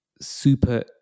super